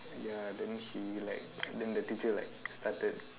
ya then he like then the teacher like started